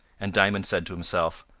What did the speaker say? and diamond said to himself,